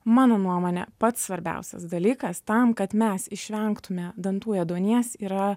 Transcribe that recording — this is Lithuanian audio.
mano nuomone pats svarbiausias dalykas tam kad mes išvengtume dantų ėduonies yra